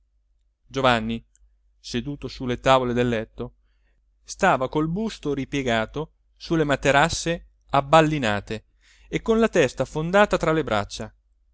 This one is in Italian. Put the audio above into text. giovanni seduto sulle tavole del letto stava col busto ripiegato sulle materasse abballinate e con la testa affondata tra le braccia